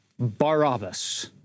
Barabbas